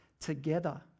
together